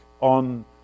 on